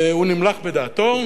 והוא נמלך בדעתו,